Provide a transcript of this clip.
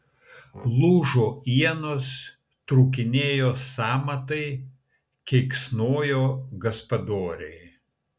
lūžo ienos trūkinėjo sąmatai keiksnojo gaspadoriai